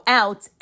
out